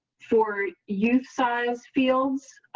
for youth size fields.